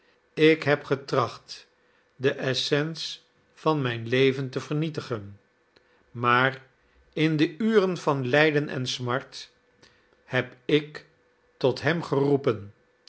ik heb getracht de essence van mijn leven te vernietigen maar in de uren van lijden en smart heb ik tot hem geroepen